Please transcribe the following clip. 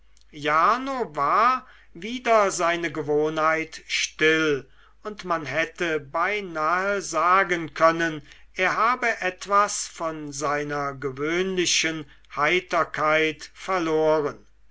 jarno war wider seine gewohnheit still und man hätte beinahe sagen können er habe etwas von seiner gewöhnlichen heiterkeit verloren